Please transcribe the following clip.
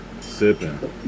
sipping